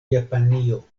japanio